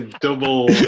double